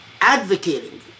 advocating